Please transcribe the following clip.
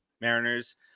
mariners